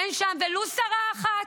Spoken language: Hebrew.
אין שם ולו שרה אחת.